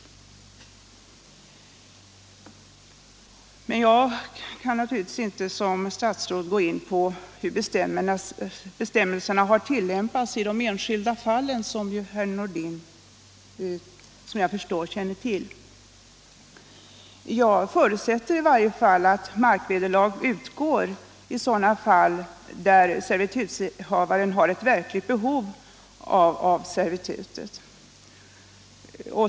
Jag kan naturligtvis, som herr Nordin känner till, inte som statsråd gå in på hur bestämmelserna har tillämpats i de enskilda fallen. Jag förutsätter emellertid att markvederlag utgår i sådana fall där servitutshavaren har ett verkligt behov av servitutet.